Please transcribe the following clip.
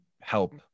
help